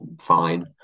fine